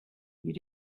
you